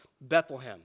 Bethlehem